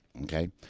Okay